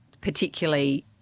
particularly